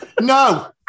No